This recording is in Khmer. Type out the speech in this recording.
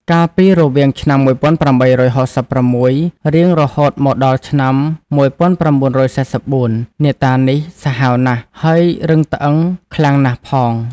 កាលពីរវាងឆ្នាំ ១៨៦៦ រៀងរហូតមកដល់ឆ្នាំ ១៩៤៤ អ្នកតានេះសាហាវណាស់ ហើយរឹងត្អឹងខ្លាំងណាស់ផង